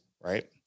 right